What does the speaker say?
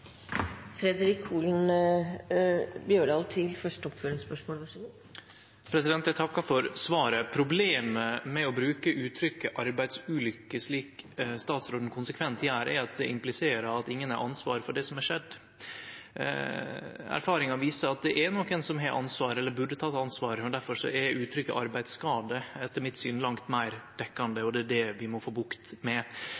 Eg takkar for svaret. Problemet med å bruke uttrykket «arbeidsulykker», slik statsråden konsekvent gjer, er at det impliserer at ingen har ansvar for det som har skjedd. Erfaringa viser at det er nokon som har ansvar, eller burde teke ansvar. Derfor er uttrykket «arbeidsskade» etter mitt syn langt meir